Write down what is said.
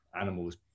animals